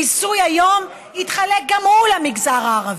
המיסוי היום יתחלק היום גם הוא למגזר הערבי.